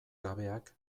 gabeak